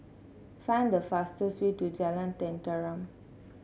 find the fastest way to Jalan Tenteram